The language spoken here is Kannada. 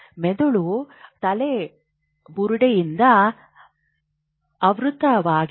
ಮೆದುಳು ತಲೆಬುರುಡೆಯಿಂದ ಆವೃತವಾಗಿದೆ